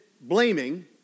blaming